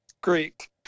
Greek